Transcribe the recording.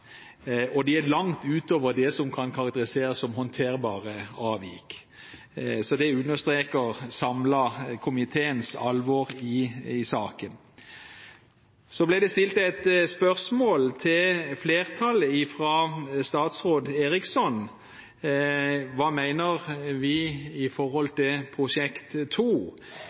og de er langt utover det som kan karakteriseres som håndterbare avvik. En samlet komité understreker alvoret i saken. Det ble stilt et spørsmål til flertallet fra statsråd Eriksson om hva vi